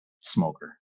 smoker